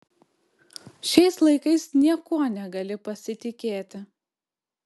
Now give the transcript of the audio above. šiais laikais niekuo negali pasitikėti